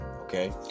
okay